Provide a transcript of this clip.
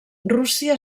rússia